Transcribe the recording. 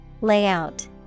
Layout